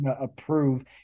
approve